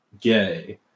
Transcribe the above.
gay